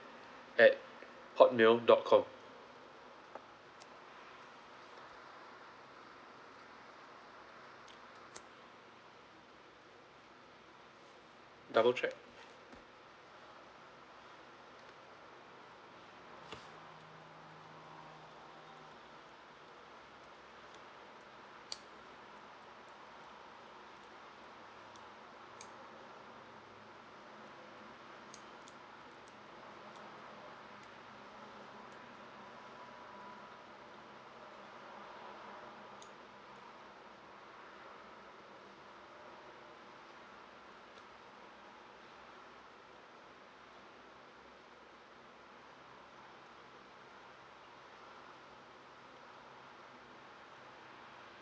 at hotmail dot com double check